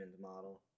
model